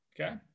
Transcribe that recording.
Okay